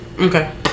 Okay